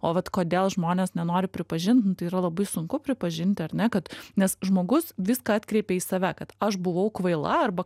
o vat kodėl žmonės nenori pripažint nu tai yra labai sunku pripažinti ar ne kad nes žmogus viską atkreipia į save kad aš buvau kvaila arba